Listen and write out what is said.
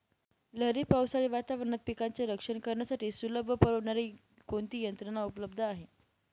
लहरी पावसाळी वातावरणात पिकांचे रक्षण करण्यासाठी सुलभ व परवडणारी कोणती यंत्रणा उपलब्ध आहे?